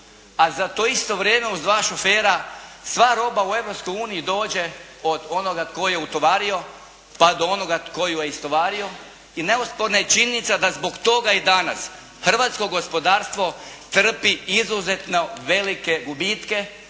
a za to isto vrijeme uz dva šofera sva roba u Europskoj uniji dođe od onoga tko je utovario pa do onoga tko ju je istovario, i neosporna je činjenica da zbog toga i danas hrvatsko gospodarstvo trpi izuzetno velike gubitke